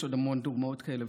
יש עוד המון דוגמאות כאלה,